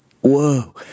whoa